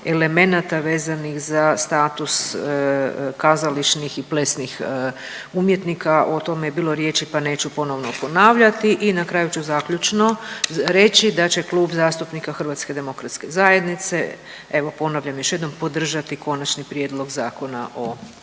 elemenata vezanih za status kazališnih i plesnih umjetnika. O tome je bilo riječi, pa neću ponovno ponavljati. I na kraju ću zaključno reći da će Klub zastupnika Hrvatske demokratske zajednice, evo ponavljam još jednom podržati Konačni prijedlog zakona o